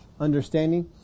understanding